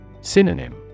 Synonym